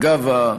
אגב,